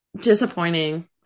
disappointing